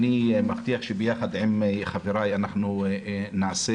אני מבטיח שביחד עם חבריי אנחנו נעשה